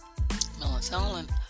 Melatonin